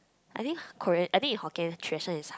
I think Korean I think in Hokkien tradition is